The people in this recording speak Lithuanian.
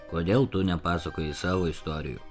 kodėl tu nepasakoji savo istorijų